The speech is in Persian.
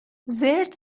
زرت